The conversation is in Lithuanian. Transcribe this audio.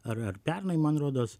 ar ar pernai man rodos